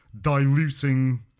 diluting